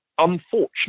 unfortunate